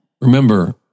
Remember